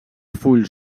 fulls